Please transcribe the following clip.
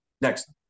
next